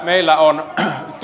meillä on